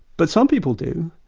but some people do.